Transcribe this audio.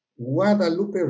Guadalupe